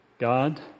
God